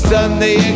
Sunday